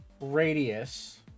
radius